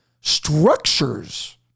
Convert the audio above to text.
structures